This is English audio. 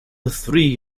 three